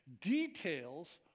details